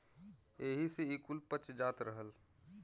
एही से ई कुल पच जात रहल